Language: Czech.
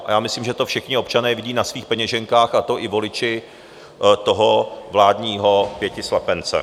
A já myslím, že to všichni občané vidí na svých peněženkách, a to i voliči vládního pětislepence.